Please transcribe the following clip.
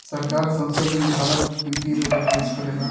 सरकार संसद में भारत के केद्रीय बजट पेस करेला